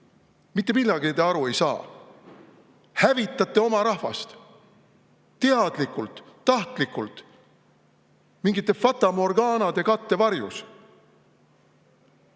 mitte midagi te aru ei saa. Hävitate oma rahvast teadlikult, tahtlikult mingite fatamorgaanade kattevarjus.